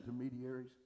intermediaries